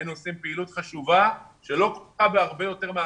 היינו עושים פעילות חשובה שלא כרוכה בהרבה יותר.